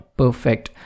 perfect